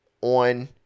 on